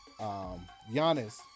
Giannis